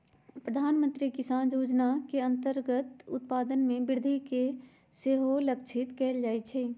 प्रधानमंत्री किसान जोजना के अंतर्गत उत्पादन में वृद्धि के सेहो लक्षित कएल जाइ छै